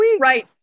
Right